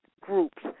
groups